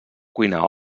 cuina